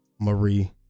marie